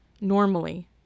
normally